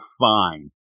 fine